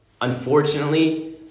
Unfortunately